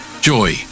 Joy